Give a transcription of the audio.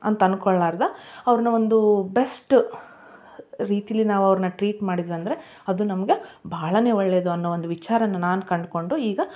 ಅಂತ ಅಂದ್ಕೊಳ್ಳಾರ್ದ ಅವ್ರನ್ನ ಒಂದು ಬೆಸ್ಟ್ ರೀತಿಲಿ ನಾವು ಅವ್ರನ್ನ ಟ್ರೀಟ್ ಮಾಡಿದ್ವಿ ಅಂದರೆ ಅದು ನಮಗೆ ಬಹಳ ಒಳ್ಳೆಯದು ಅನ್ನೋ ಒಂದು ವಿಚಾರನ ನಾನು ಕಂಡ್ಕೊಂಡು ಈಗ